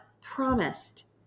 promised